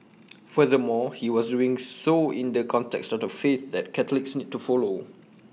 furthermore he was doing so in the context of the faith that Catholics need to follow